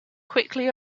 quickly